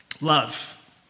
Love